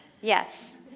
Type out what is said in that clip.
Yes